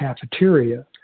cafeteria